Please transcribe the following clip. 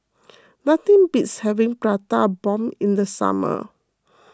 nothing beats having Prata Bomb in the summer